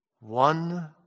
one